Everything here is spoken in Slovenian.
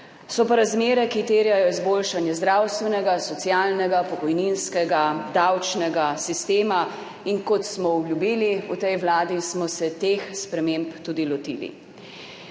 So pa razmere, ki terjajo izboljšanje zdravstvenega, socialnega, pokojninskega, davčnega sistema. In kot smo obljubili v tej vladi, smo se teh sprememb tudi lotili.